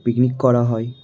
picnic করা হয়